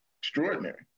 extraordinary